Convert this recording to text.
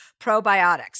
probiotics